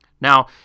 Now